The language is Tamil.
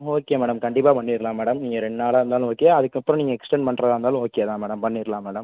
ஓகே மேடம் கண்டிப்பாக பண்ணிடலாம் மேடம் நீங்கள் ரெண்டு நாளாக இருந்தாலும் ஓகே அதுக்கப்புறம் நீங்கள் எக்ஸ்ட்டன் பண்ணுறதா இருந்தாலும் ஓகே தான் மேடம் பண்ணிடலாம் மேடம்